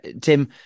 Tim